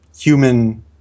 human